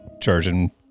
charging